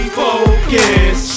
focus